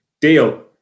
Deal